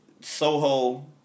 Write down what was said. Soho